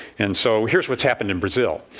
and so, here's what's happened in brazil.